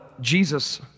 Jesus